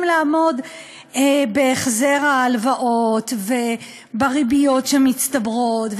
לעמוד בהחזר ההלוואות ובריביות שמצטברות,